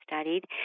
studied